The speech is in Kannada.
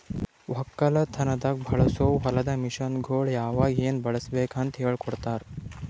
ಒಕ್ಕಲತನದಾಗ್ ಬಳಸೋ ಹೊಲದ ಮಷೀನ್ಗೊಳ್ ಯಾವಾಗ್ ಏನ್ ಬಳುಸಬೇಕ್ ಅಂತ್ ಹೇಳ್ಕೋಡ್ತಾರ್